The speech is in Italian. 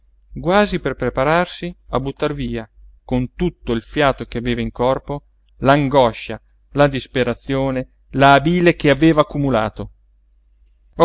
quasi per prepararsi a buttar via con tutto il fiato che aveva in corpo l'angoscia la disperazione la bile che aveva accumulato